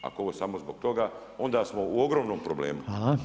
Ako ovo samo zbog toga, onda smo u ogromnom problemu.